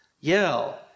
yell